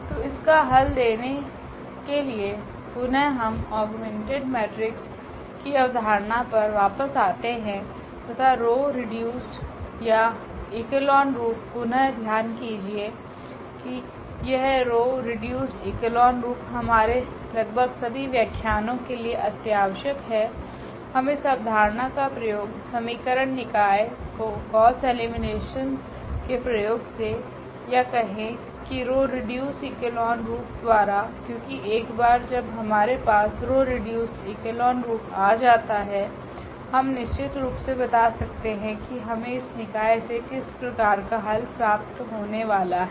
तो इसका हल देने के लिए पुनः हम औग्मेंटेड मैट्रिस की अवधारणा पर वापस आते है तथा रो रिद्युसड़ या एक्लोन रूप पुनः ध्यान दीजिए की यह रो रिद्युसड़ एक्लोन रूप हमारे लगभग सभी व्याख्यानों के लिए अत्यावश्यक है हम इस अवधारणा का प्रयोग समीकरण निकाय को गौस्स एलीमिनेशन के प्रयोग से या यह कहे की रो रिड्यूस एक्लोन रूप द्वारा क्योकि एक बार जब हमारे पास रो रिड्यूस एक्लोन रूप आजाता है हम निश्चितरूप से बता सकते है कि हमे इस निकाय से किस प्रकार का हल प्राप्त होने वाला हैं